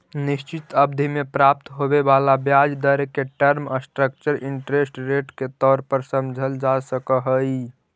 निश्चित अवधि में प्राप्त होवे वाला ब्याज दर के टर्म स्ट्रक्चर इंटरेस्ट रेट के तौर पर समझल जा सकऽ हई